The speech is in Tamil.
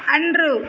அன்று